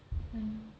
அதான்:athaan